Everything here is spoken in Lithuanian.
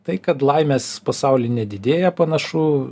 tai kad laimės pasauly nedidėja panašu